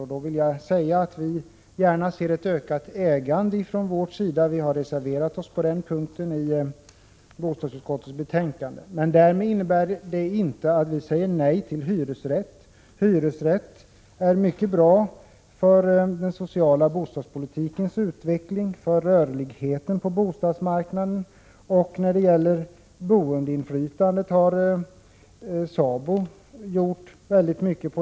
Jag vill säga att vi gärna ser ett ökat ägande, och vi har reserverat oss på den punkten i bostadsutskottets betänkande. Därmed säger vi inte nej till hyresrätter. Hyresrätter är mycket bra för den sociala bostadspolitikens utveckling och för rörligheten på bostadsmarknaden. När det gäller boendeinflytandet har SABO gjort mycket.